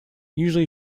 usually